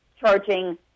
charging